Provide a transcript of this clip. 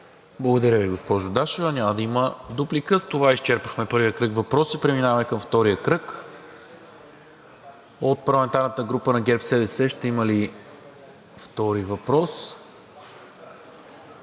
Благодаря Ви, госпожо Дашева. Няма да има дуплика. С това изчерпахме първия кръг въпроси. Преминаваме към втория кръг въпроси. От парламентарната група на ГЕРБ-СДС ще има ли втори въпрос?